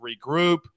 regroup